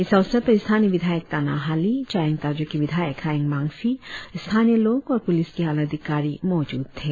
इस अवसर पर स्थानीय विधायक ताना हाली चायांग ताजो के विधायक हायेंग मांग्फी स्थानीय लोग और पुलिस के आलाधिकारी मौजूद थे